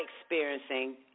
experiencing